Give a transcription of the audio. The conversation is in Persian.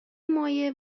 مایع